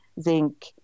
zinc